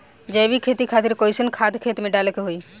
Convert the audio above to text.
जैविक खेती खातिर कैसन खाद खेत मे डाले के होई?